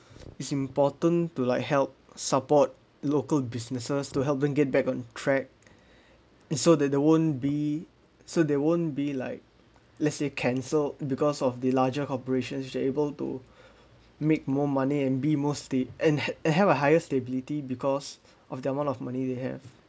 it's important to like help support local businesses to help them get back on track and so that they won't be so they won't be like let's say cancelled because of the larger corporations which are able to make more money and be more sta~ and and have a higher stability because of the amount of money they have